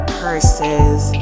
purses